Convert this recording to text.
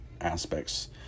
aspects